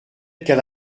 qu’elle